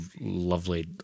lovely